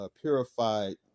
purified